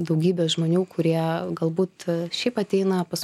daugybė žmonių kurie galbūt šiaip ateina pas